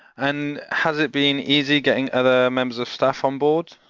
and has it been easy getting other members of staff on board?